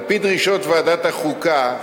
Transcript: על-פי דרישות ועדת החוקה,